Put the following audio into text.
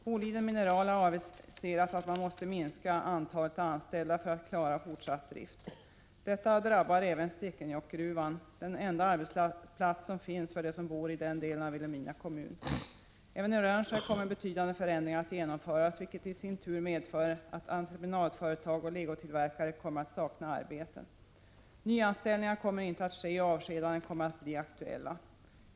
Boliden Mineral har aviserat att man måste minska antalet anställda för att klara fortsatt drift. Detta drabbar även Stekenjokkgruvan, som är den enda arbetsplats som finns för dem som bor i den delen av Vilhelmina kommun. Även i Rönnskär kommer betydande förändringar att genomföras, vilket i sin tur medför att entreprenadföretag och legotillverkare kommer att sakna arbete. Nyanställningar kommer inte att ske, och avskedanden kommer att bli aktuella.